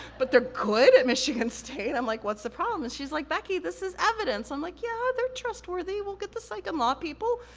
but they're good at michigan state. i'm like, what's the problem? and she's like, becky, this is evidence. i'm like, yeah, they're trustworthy, we'll get the psych and law people.